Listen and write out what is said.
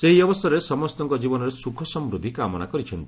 ସେ ଏହି ଅବସରରେ ସମସ୍ତଙ୍କ ଜୀବନରେ ସୁଖସମୃଦ୍ଧି କାମନା କରିଛନ୍ତି